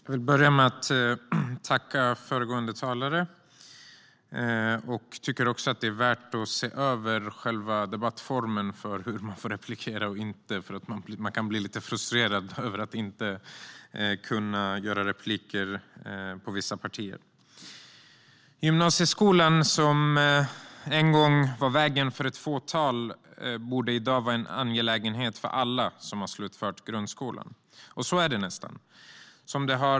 Herr talman! Jag vill börja med att tacka föregående talare. Det är värt att se över själva debattformen och hur man får replikera. Man kan bli lite frustrerad över att inte kunna ta replik på vissa partier. Gymnasieskolan, som en gång var vägen för ett fåtal, borde i dag vara en angelägenhet för alla som har slutfört grundskolan. Så är det nästan.